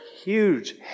huge